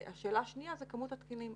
והשאלה השנייה היא כמות התקנים.